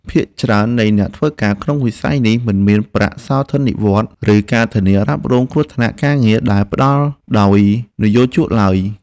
ភាគច្រើននៃអ្នកធ្វើការក្នុងវិស័យនេះមិនមានប្រាក់សោធននិវត្តន៍ ឬការធានារ៉ាប់រងគ្រោះថ្នាក់ការងារដែលផ្តល់ដោយនិយោជកឡើយ។